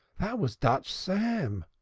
that was dutch sam,